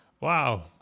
Wow